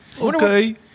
Okay